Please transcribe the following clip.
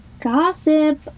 gossip